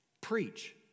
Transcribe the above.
Preach